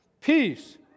Peace